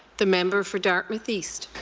the member for dartmouth east.